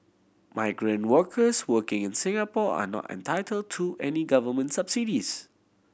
migrant workers working in Singapore are not entitled to any Government subsidies